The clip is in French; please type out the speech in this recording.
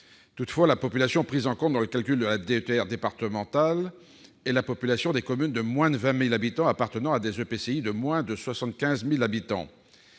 Toutefois, la population prise en compte dans le calcul de la DETR départementale est la population des communes de moins de 20 000 habitants appartenant à des EPCI de moins de 75 000 habitants.